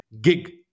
gig